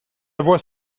voix